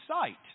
sight